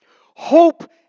Hope